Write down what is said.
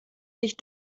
sich